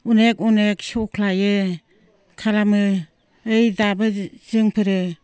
अनेक अनेक सौख्लायो खालामो ओइ दाबो जोंफोर